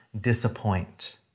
disappoint